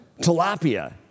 tilapia